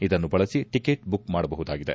ಇದನ್ನು ಬಳಸಿ ticket book ಮಾಡಬಹುದಾಗಿದೆ